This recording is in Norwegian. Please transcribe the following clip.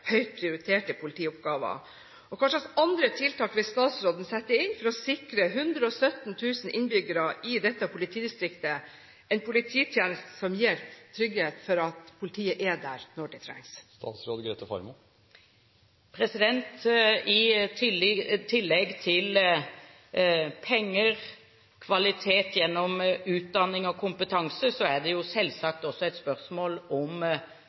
høyt prioriterte politioppgaver? Hva slags andre tiltak vil statsråden sette inn for å sikre 117 000 innbyggere i dette politidistriktet en polititjeneste som gir trygghet for at politiet er der når det trengs? I tillegg til penger, kvalitet gjennom utdanning og kompetanse, er det selvsagt også et spørsmål om